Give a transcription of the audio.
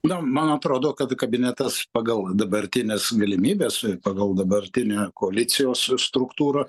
na man atrodo kad kabinetas pagal dabartines galimybes pagal dabartinę koalicijos struktūrą